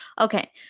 Okay